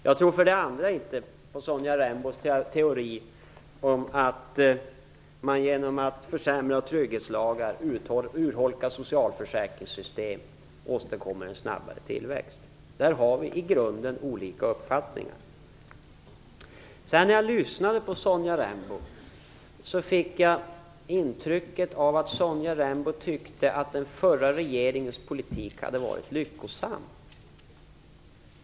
Jag tror inte heller på Sonja Rembos teori om att man åstadkommer en snabbare tillväxt genom att försämra trygghetslagar och urholka socialförsäkringssystemet. Där har vi i grunden olika uppfattningar. När jag lyssnade på Sonja Rembo fick jag det intrycket att Sonja Rembo tyckte att den förra regeringens politik hade varit lyckosam.